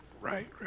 Right